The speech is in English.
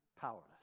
powerless